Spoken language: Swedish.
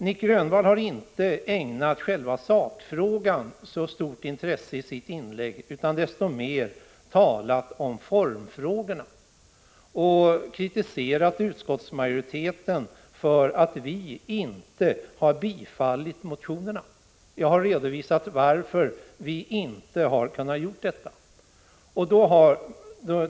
Nic Grönvall har inte ägnat själva sakfrågan så stort intresse i sitt inlägg, men desto mer har han talat om formfrågorna och kritiserat utskottsmajoriteten för att den inte har tillstyrkt motionerna. Jag har redovisat varför vi inte kunde göra detta i utskottet.